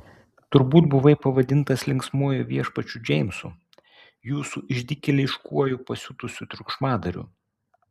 turbūt buvai pavadintas linksmuoju viešpačiu džeimsu jūsų išdykėliškuoju pasiutusiu triukšmadariu